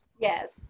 yes